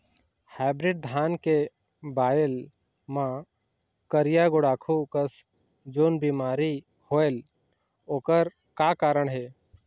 Hybrid धान के बायेल मां करिया गुड़ाखू कस जोन बीमारी होएल ओकर का कारण हे?